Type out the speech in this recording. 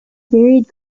varied